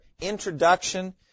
introduction